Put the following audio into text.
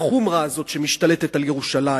מהחומרה הזאת שמשתלטת על ירושלים,